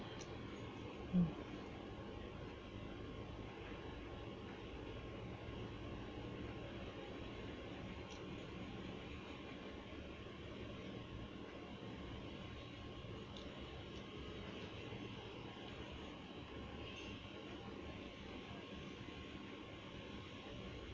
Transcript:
mm